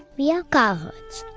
we are cowherds.